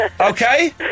Okay